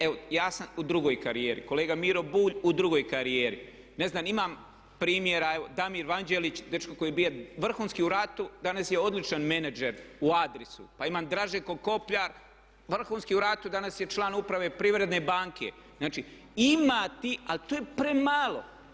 Evo, ja sam u drugoj karijeri, kolega Miro Bulj u drugoj karijeri, ne znam imam primjera Damir Vanđelić dečko koji je bio vrhunski u ratu danas je odličan menadžer u Adrisu, pa imam Draženko Kopljar, vrhunski u ratu, danas je član uprave Privredne banke, znači, imati al to je premalo.